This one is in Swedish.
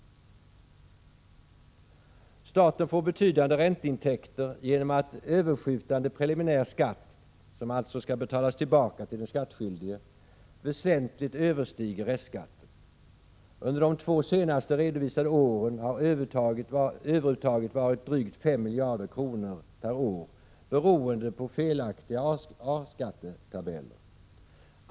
Staten får betydande ränteintäkter genom att överskjutande preliminär skatt, som alltså skall betalas tillbaka till den skattskyldige, väsentligt överstiger restskatten. Under de två senast redovisade åren har överuttaget varit drygt 5 miljarder kronor per år beroende på felaktiga A-skattetabeller.